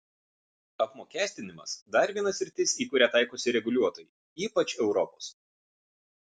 apmokestinimas dar viena sritis į kurią taikosi reguliuotojai ypač europos